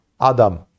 Adam